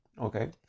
Okay